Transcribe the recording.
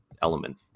element